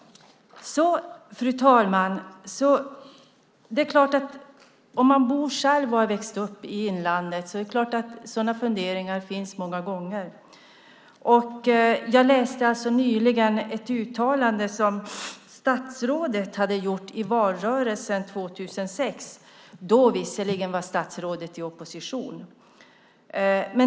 Om man själv bor och har vuxit upp i inlandet är det klart att sådana funderingar finns många gånger. Jag läste nyligen ett uttalande som statsrådet hade gjort i valrörelsen 2006. Då var visserligen statsrådet i opposition.